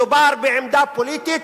מדובר בעמדה פוליטית.